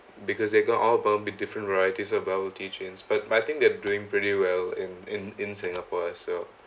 because they got all bombed with different varieties of bubble tea chains but but I think they're doing pretty well in in in singapore as well